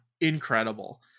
incredible